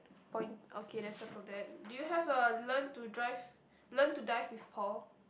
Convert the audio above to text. point okay then circle that do you have a learn to drive learn to dive with Paul